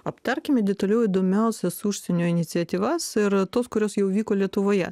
aptarkime detaliau įdomiausias užsienio iniciatyvas ir tos kurios jau vyko lietuvoje